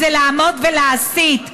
לעמוד ולהסית,